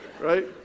Right